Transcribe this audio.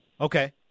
Okay